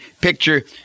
picture